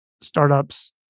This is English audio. startups